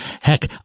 Heck